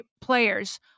players